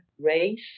race